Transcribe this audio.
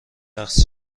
رقص